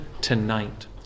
tonight